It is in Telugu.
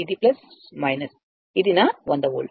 ఇది ఇది నా 100 వోల్ట్